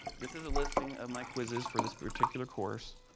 this is the listing of my quizzes for this particular course.